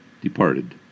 departed